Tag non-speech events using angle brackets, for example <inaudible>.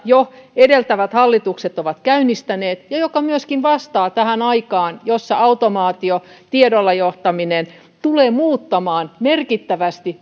jo edeltävät hallitukset ovat käynnistäneet ja joka myöskin vastaa tähän aikaan jossa automaatio ja tiedolla johtaminen tulee muuttamaan merkittävästi <unintelligible>